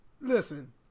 Listen